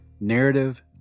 Narrative